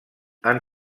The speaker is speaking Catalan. han